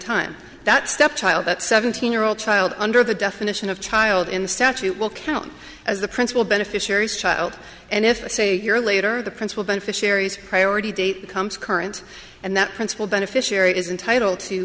time that stepchild at seventeen year old child under the definition of child in the statute will count as the principal beneficiaries child and if it's a year later the principal beneficiaries priority date becomes current and that principal beneficiary is entitled to